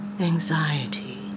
Anxiety